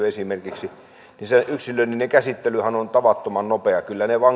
esimerkiksi käräjäoikeuden käsittelyyn niin se yksilöllinen käsittelyhän on on tavattoman nopea kyllä ne